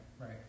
Right